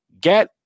get